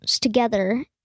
together